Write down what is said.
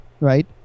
right